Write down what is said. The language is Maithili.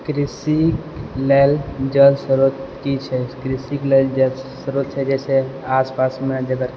कृषिके लेल जल स्रोत की छै कृषिके लेल जल स्रोत छै जैसे आसपासमे जकर